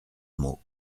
mot